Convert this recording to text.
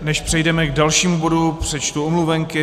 Než přejdeme k dalšímu bodu, přečtu omluvenky.